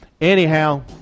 Anyhow